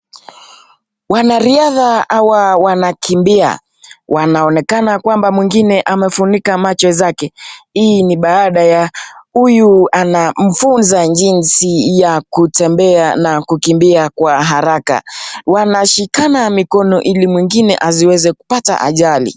Wanaariadha hawa wanakimbia .Wanaonekana kwamba mwingine amefunika macho zake. Hiii ni baada ya huyu anamfunza jinsi ya kutembea na kukimbia kwa haraka. Wanashikana mikono ili mwingine asiweze kupata ajali.